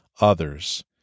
others